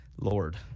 Lord